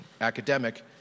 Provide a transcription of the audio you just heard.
Academic